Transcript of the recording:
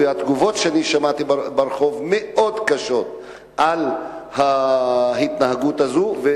והתגובות שאני שמעתי ברחוב על ההתנהגות הזאת מאוד קשות.